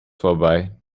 vorbei